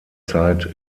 zeit